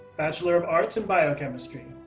bachelor of arts in biochemistry.